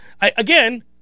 Again